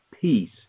peace